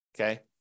Okay